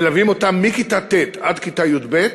מלווים אותן מכיתה ט' עד כיתה י"ב,